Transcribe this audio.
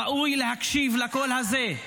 ראוי להקשיב לקול הזה.